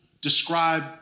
describe